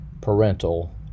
parental